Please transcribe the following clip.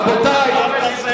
רבותי.